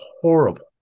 horrible